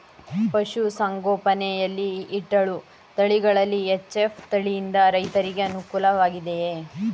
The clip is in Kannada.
ಪಶು ಸಂಗೋಪನೆ ಯಲ್ಲಿ ಇಟ್ಟಳು ತಳಿಗಳಲ್ಲಿ ಎಚ್.ಎಫ್ ತಳಿ ಯಿಂದ ರೈತರಿಗೆ ಅನುಕೂಲ ವಾಗಿದೆಯೇ?